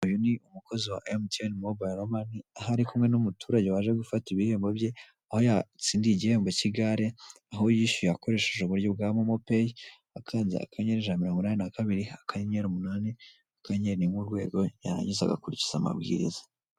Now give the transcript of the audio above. Obed, umukozi wa MTN Mobile Money aho arikumwe n'umuturage waje gufata ibihembo bye, aho yatsindiye igihembo cy'igare aho yishyuye akoresheje uburyo bwa momo pay akanze akanyenyeri ijana na mirongo inani na kabiri akanyenyeri umunani akanyenyeri rimwe ugwego yarangiza agakurikiza amabwiriza.